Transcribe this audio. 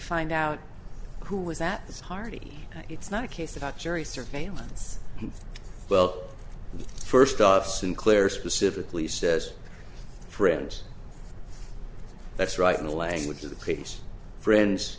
find out who was that this hearty it's not a case about jury surveillance well first off sinclair specifically says friends that's right in the language of the case friends